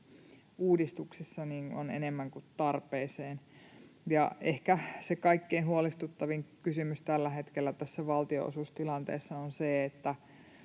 valtionosuusuudistuksessa on enemmän kuin tarpeeseen. Ehkä se kaikkein huolestuttavin kysymys tällä hetkellä tässä valtionosuustilanteessa on se, että